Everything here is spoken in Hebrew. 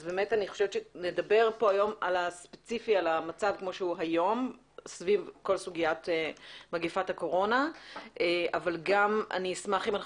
אז נדבר על המצב הנוכחי בסוגיית מגפת הקורונה אבל אני אשמח אם גם